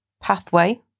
pathway